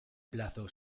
plazo